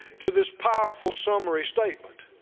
to this powerful summary statement.